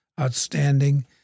outstanding